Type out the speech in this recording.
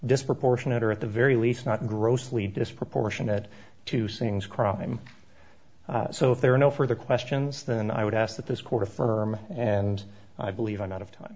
disproportionate or at the very least not grossly disproportionate to singh's crime so if there are no further questions than i would ask that this court affirm and i believe i'm out of time